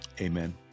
Amen